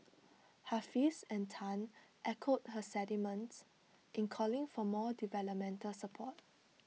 Hafiz and Tan echoed her sentiments in calling for more developmental support